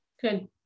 Good